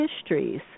histories